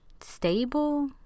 stable